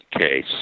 case